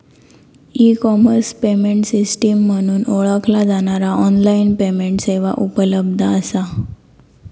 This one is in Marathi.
ई कॉमर्स पेमेंट सिस्टम म्हणून ओळखला जाणारा ऑनलाइन पेमेंट सेवा उपलब्ध असा